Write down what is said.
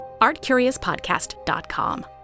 artcuriouspodcast.com